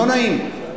לא נעים,